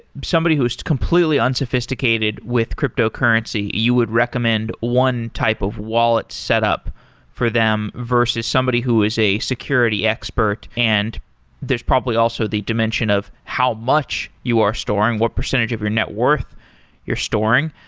somebody who's completely unsophisticated with cryptocurrency, you would recommend one type of wallet set up for them versus somebody who is a security expert, and there's probably also the dimension of how much you are storing. what percentage of your net worth you're storing.